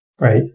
Right